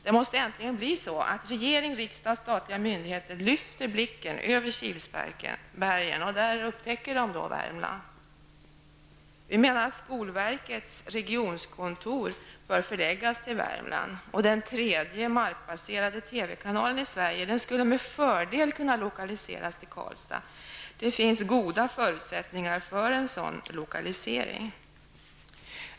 Det måste äntligen bli så att regering, riksdag och statliga myndigheter lyfter blicken över Kilsbergen och bortom dem upptäcker Värmland. Även skolverkets regionkontor anser vi bör förläggas till Värmland. Den tredje markbaserade TV-kanalen i Sverige skulle med fördel kunna lokaliseras till Karlstad. Det finns goda förutsättningar för en sådan lokalisering.